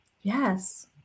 Yes